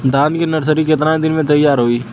धान के नर्सरी कितना दिन में तैयार होई?